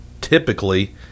typically